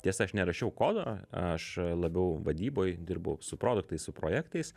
tiesa aš nerašiau kodo aš labiau vadyboj dirbau su produktais su projektais